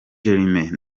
germain